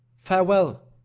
farewell,